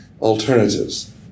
alternatives